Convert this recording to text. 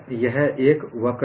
यह एक वक्र है